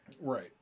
Right